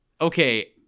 okay